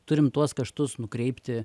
turim tuos kaštus nukreipti